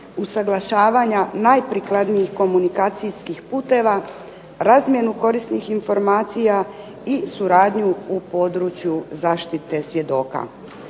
usaglašavanja najprikladnijih komunikacijskih puteva, razmjenu korisnih informacija i suradnju u području zaštite svjedoka.